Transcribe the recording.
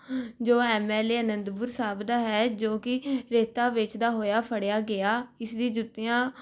ਜੋ M L A Anandpur Sahib ਦਾ ਹੈ ਜੋ ਕਿ ਰੇਤਾ ਵੇਚਦਾ ਹੇਇਆ ਫੜਿਆ ਗਿਆ ਇਸਦੀ ਜੁੱਤੀਆਂ